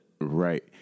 Right